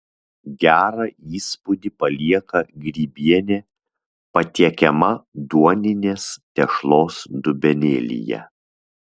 gerą įspūdį palieka grybienė patiekiama duoninės tešlos dubenėlyje